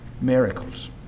miracles